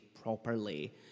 properly